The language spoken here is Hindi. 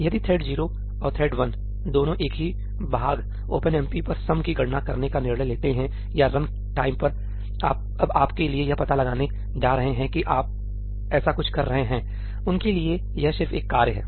यदि थ्रेड जीरो और थ्रेड वन दोनों एक ही भाग ओपनएमपी पर सम की गणना करने का निर्णय लेते हैं या रन टाइम अब आपके लिए यह पता लगाने जा रहा है कि आप जानते हैं आप ऐसा कुछ कर रहे हैंउनके लिए यह सिर्फ एक कार्य है